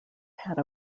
had